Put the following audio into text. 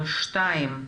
שתיים,